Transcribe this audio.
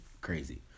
crazy